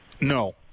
No